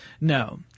No